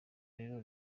rero